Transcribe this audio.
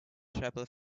travel